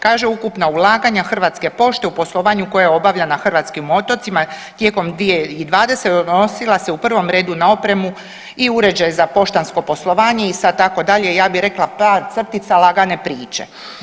Kaže ukupna ulaganja Hrvatske pošte u poslovanju koje obavlja na hrvatskim otocima tijekom 2020. odnosila se u prvom redu na opremu i uređaje za poštansko poslovanje i sad tako dalje, ja bi rekla par crtica lagane priče.